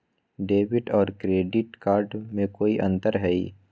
Debit और credit card में कई अंतर हई?